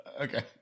Okay